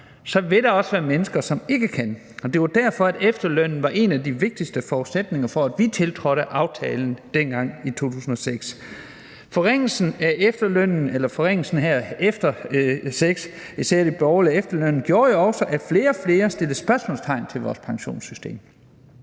så vil der også være mennesker, som ikke kan, og det var derfor, at efterlønnen var en af de vigtigste forudsætninger for, at vi tiltrådte aftalen dengang i 2006. Forringelsen af efterlønnen efter 2006, især foretaget af de borgerlige, gjorde jo også, at flere og flere satte spørgsmålstegn ved vores pensionssystem,